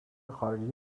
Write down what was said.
خارجی